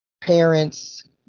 parents